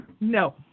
No